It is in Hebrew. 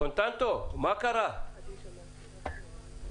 קונטנטו, בבקשה דקה וחצי.